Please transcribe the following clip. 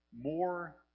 more